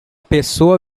pessoa